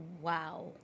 Wow